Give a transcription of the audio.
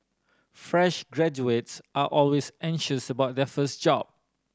fresh graduates are always anxious about their first job